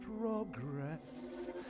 progress